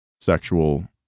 sexual